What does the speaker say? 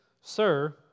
Sir